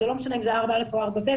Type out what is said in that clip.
זה לא משנה אם זה 4א או 4ב,